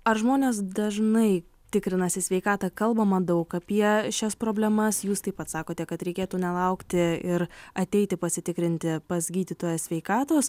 ar žmonės dažnai tikrinasi sveikatą kalbama daug apie šias problemas jūs taip atsakote kad reikėtų nelaukti ir ateiti pasitikrinti pas gydytoją sveikatos